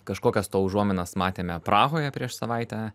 kažkokias to užuominas matėme prahoje prieš savaitę